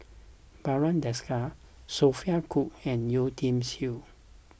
Barry Desker Sophia Cooke and Yeo Tiam Siew